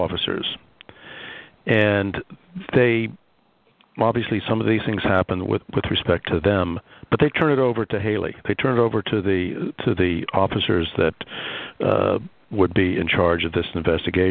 officers and they obviously some of these things happen with with respect to them but they turn it over to haley they turned over to the to the officers that would be in charge of this investigat